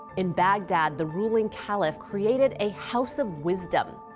in baghdad, the ruling caliph created a house of wisdom.